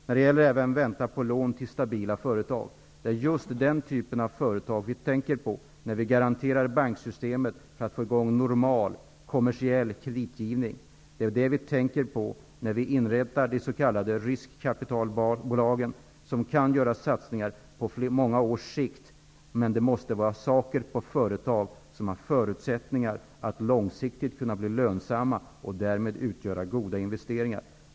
När det gäller räntan på lån till stabila företag vill jag säga att det just är den typen av företag som vi tänker på när vi garanterar banksystemet för att få i gång normal, kommersiell kreditgivning. Det är dem som vi tänker på när vi inrättar de s.k. riskkapitalbolagen, som kan göra investeringar på många års sikt, men de måste vara satsningar som har förutsättningar att långsiktigt kunna bli lönsamma och därmed utgöra goda investeringar.